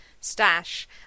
stash